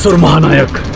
so demonic